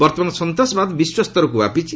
ବର୍ତ୍ତମାନ ସନ୍ତାସବାଦ ବିଶ୍ୱସ୍ତରକୁ ବ୍ୟାପିଛି